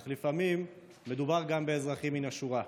אך לפעמים מדובר גם באזרחים מן השורה.